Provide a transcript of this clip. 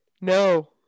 No